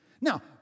Now